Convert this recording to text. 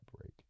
break